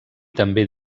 també